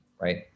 right